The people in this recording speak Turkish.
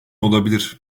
olabilir